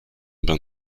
bain